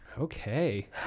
okay